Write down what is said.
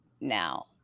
now